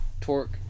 torque